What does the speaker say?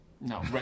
No